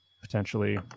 potentially